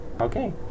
Okay